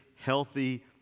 healthy